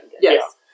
Yes